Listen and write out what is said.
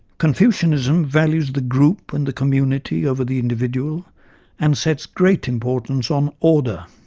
confucianism values the group and the community over the individual and sets great importance on order.